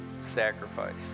sacrifice